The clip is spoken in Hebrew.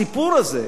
הסיפור הזה,